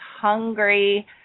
hungry